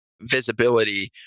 visibility